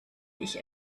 ich